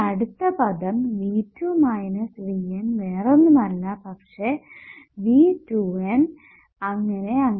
ഇനി അടുത്ത പദം V2 VN വേറൊന്നുമല്ല പക്ഷെ V 2 N അങ്ങനെ അങ്ങനെ